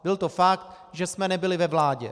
Byl to fakt, že jsme nebyli ve vládě.